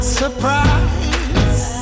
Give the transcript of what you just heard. surprise